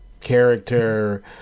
character